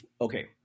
Okay